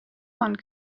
one